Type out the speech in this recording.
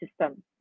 system